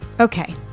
Okay